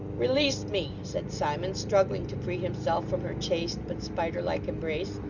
release me said simon, struggling to free himself from her chaste, but spider-like embrace.